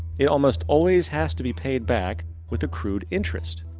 it almost always has to be payed back with a crude interest.